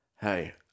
hey